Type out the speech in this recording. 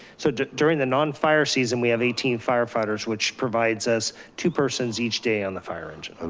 so during the non-fire season, we have eighteen firefighters, which provides us two persons each day on the fire engine. and